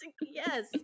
Yes